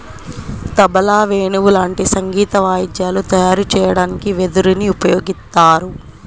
తబలా, వేణువు లాంటి సంగీత వాయిద్యాలు తయారు చెయ్యడానికి వెదురుని ఉపయోగిత్తారు